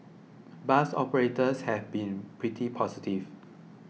bus operators have been pretty positive